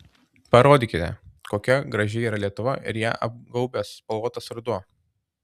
parodykite kokia graži yra lietuva ir ją apgaubęs spalvotas ruduo